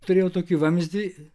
turėjau tokį vamzdį